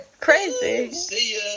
Crazy